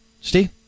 Steve